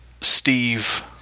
Steve